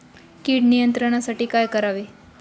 कीड नियंत्रणासाठी काय करावे?